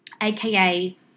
aka